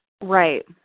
Right